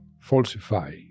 falsify